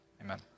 amen